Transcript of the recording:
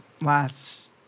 last